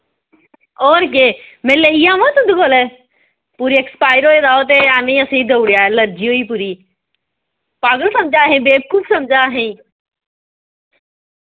और केह् मैं लेई आवां तुं'दे कोल पूरे एक्सपाइर होए दा ओ ते आह्नियै असें देऊड़ेआ लर्जी होई पूरी पागल समझा असें बेवकूफ समझा असें